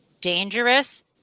dangerous